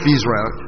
Israel